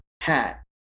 hat